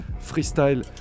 freestyle